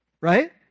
Right